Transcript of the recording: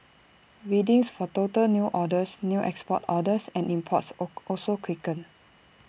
readings for total new orders new export orders and imports also quickened